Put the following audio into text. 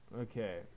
okay